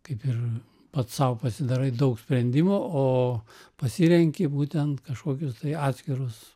kaip ir pats sau pasidarai daug sprendimų o pasirenki būtent kažkokius tai atskirus